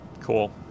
Cool